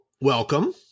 welcome